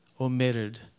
omitted